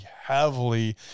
heavily